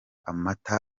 amata